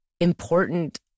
important